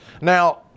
Now